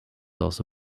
also